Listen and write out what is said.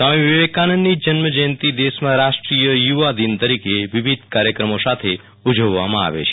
સ્વામિ વિવેકાનંદની જર્યાંત દેશમાં રાષ્ટીય યુવાદિન તરીકે વિવિધ કાર્યકમો સાથે ઉજવવામાં આ વ્યો છે